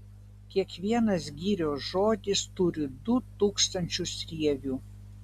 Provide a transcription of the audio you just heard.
kiekvienas girios žodis turi du tūkstančius rievių